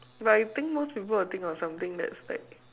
but I think most people will think of something that's like